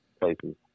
places